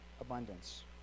abundance